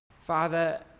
Father